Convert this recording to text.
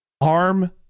ARM